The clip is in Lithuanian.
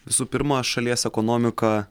visų pirma šalies ekonomika